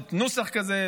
בנוסח כזה,